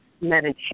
meditation